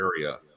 area